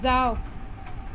যাওক